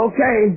Okay